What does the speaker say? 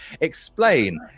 Explain